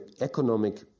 economic